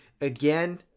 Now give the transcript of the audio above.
again